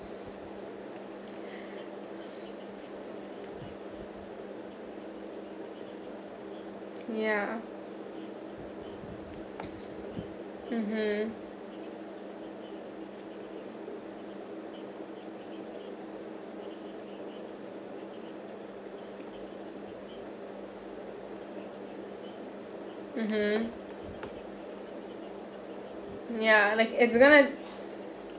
yeah mmhmm mmhmm yeah like it's going to